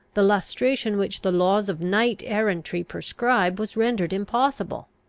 the lustration which the laws of knight-errantry prescribe was rendered impossible.